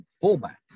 fullback